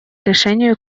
решению